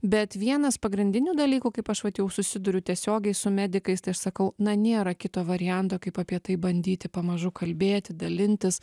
bet vienas pagrindinių dalykų kaip aš vat jau susiduriu tiesiogiai su medikais tai aš sakau na nėra kito varianto kaip apie tai bandyti pamažu kalbėti dalintis